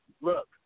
look